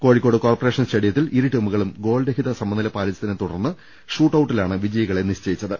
Kozhikode corporation സ്റ്റേഡിയത്തിൽ ഇരുടീമുകളും ഗോൾരഹിത സമനില പാലിച്ചതിനെ തുടർന്ന് ഷൂട്ടൌട്ടിലാണ് വിജയികളെ നിശ്ചയിച്ചത്